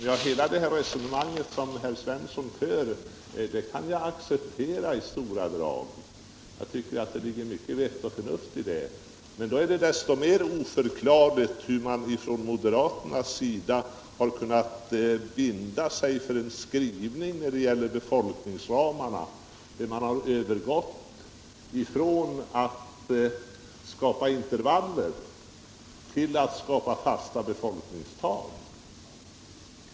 Herr talman! Det resonemang som herr Svensson i Skara för kan jag acceptera i stora drag. Jag tycker att det ligger mycket vett och förnuft i det. Men då är det desto mer oförklarligt att moderaterna kunnat binda sig för en skrivning när det gäller befolkningsramarna där man övergått från att skapa intervaller till att skapa fasta befolkningstal.